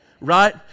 Right